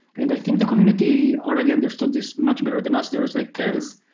and i think the community already understood this much better than us. there's like tens,